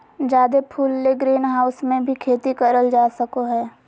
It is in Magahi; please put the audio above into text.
जादे फूल ले ग्रीनहाऊस मे भी खेती करल जा सको हय